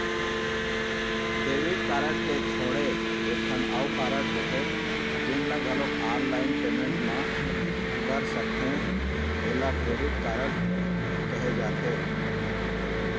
debit card के छोड़े एकठन अउ कारड होथे जेन ल घलोक ऑनलाईन पेमेंट म कर सकथे एला क्रेडिट कारड कहे जाथे